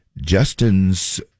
Justin's